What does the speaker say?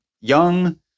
young